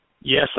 Yes